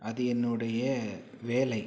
அது என்னுடைய வேலை